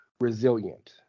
resilient